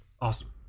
awesome